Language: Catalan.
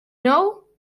nou